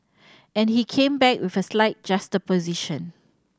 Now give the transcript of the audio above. and he came back with a slight juxtaposition